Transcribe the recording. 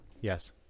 Yes